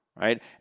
Right